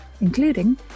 including